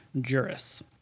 Juris